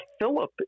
Philip